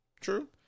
True